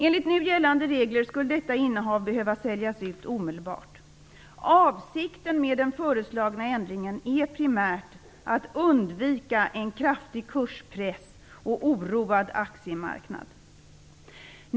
Enligt nu gällande regler skulle detta innehav behöva säljas ut omedelbart. Avsikten med den föreslagna ändringen är primärt att undvika en kraftig kurspress och oroad aktiemarknad.